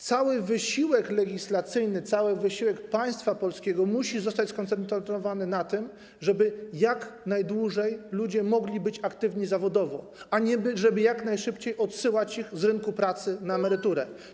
Cały wysiłek legislacyjny, cały wysiłek państwa polskiego musi być skoncentrowany na tym, żeby jak najdłużej ludzie mogli być aktywni zawodowo, a nie na tym, żeby jak najszybciej odsyłać ich z rynku pracy na emeryturę.